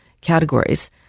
categories